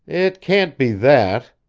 it can't be that.